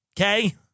Okay